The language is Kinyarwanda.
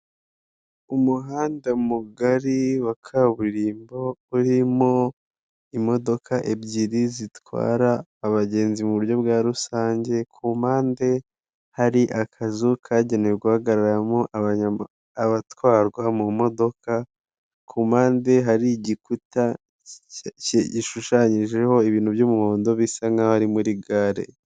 Umuhanda mugari wa kaburimbo urimo imodoka ebyiri zitwara abagenzi mu buryo bwa rusange, ku mpande hari akazu kagenewe guhagararamo abatwarwa mu modoka, ku mpande hari igikuta gishushanyijeho ibintu by'umuhondo bisa nkaho ari muri gare.